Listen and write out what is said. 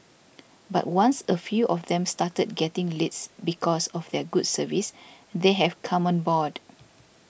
but once a few of them started getting leads because of their good service they have come on board